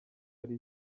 yari